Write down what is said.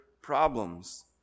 problems